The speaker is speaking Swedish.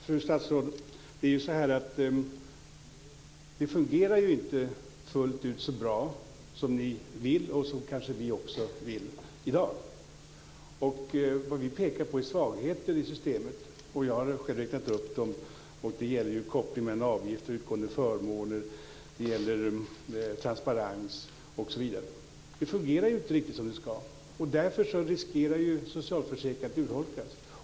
Herr talman! Det är ju så, fru statsråd, att detta inte fungerar fullt så bra i dag som ni och kanske vi också vill. Vad vi pekar på är svagheter i systemet. Jag har själv räknat upp dem - kopplingen mellan avgift och utgående förmåner, transparens osv. Det fungerar inte riktigt som det ska, och därför riskerar socialförsäkringen att urholkas.